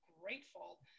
grateful